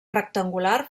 rectangular